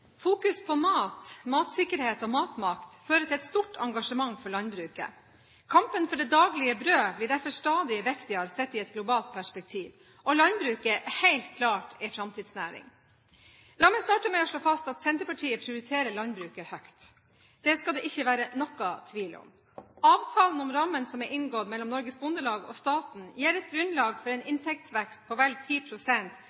Fokus på mat, matsikkerhet og matmakt fører til et stort engasjement for landbruket. Kampen for det daglige brødet blir derfor stadig viktigere sett i et globalt perspektiv, og landbruket er helt klart en framtidsnæring. La meg starte med å slå fast at Senterpartiet prioriterer landbruket høyt. Det skal det ikke være noen tvil om. Avtalen om rammen som er inngått mellom Norges Bondelag og staten, gir et grunnlag for en